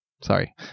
sorry